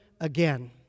again